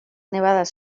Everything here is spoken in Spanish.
nevadas